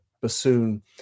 bassoon